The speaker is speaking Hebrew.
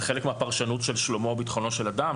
זה חלק מהפרשנות של שלומו וביטחונו של אדם,